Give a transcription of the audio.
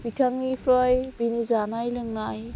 बिथांनिफ्राय बिनि जानाय लोंनाय